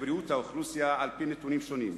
בריאות האוכלוסייה על-פי נתונים שונים,